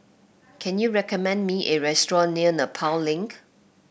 can you recommend me a restaurant near Nepal Link